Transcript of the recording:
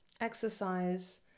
exercise